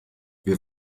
wir